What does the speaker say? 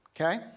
Okay